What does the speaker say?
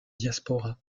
diaspora